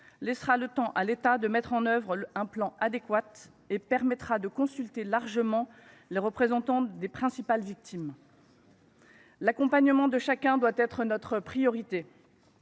laissera à l’État le temps de mettre en œuvre un plan adéquat et permettra de consulter largement les représentants des principales victimes. L’accompagnement de chacun doit être notre priorité.